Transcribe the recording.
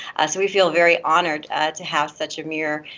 so we feel very honored to have such a mirror,